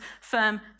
firm